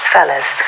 Fellas